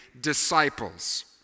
disciples